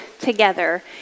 together